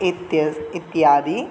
इत्यस् इत्यादि